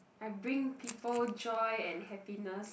I bring people joy and happiness